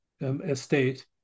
estate